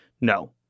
no